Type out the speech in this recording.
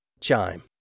Chime